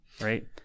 right